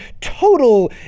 total